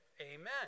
amen